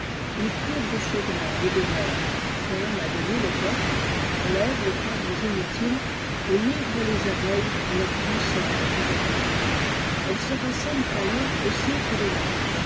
il couvre chaudement les demeures ferme à demi les portes enlève les cadres inutiles et livre les abeilles à leur grand sommeil hivernal elles se rassemblent alors au centre de la ruche